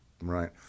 right